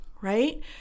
right